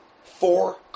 four